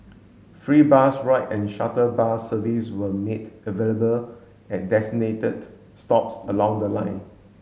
free bus ride and shuttle bus service were made available at designated stops along the line